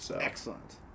Excellent